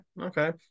Okay